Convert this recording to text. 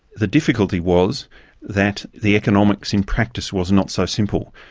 the difficulty was that the economics in practice was not so simple.